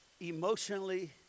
emotionally